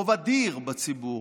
רוב אדיר בציבור,